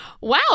wow